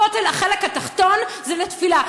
הכותל, החלק התחתון, זה לתפילה.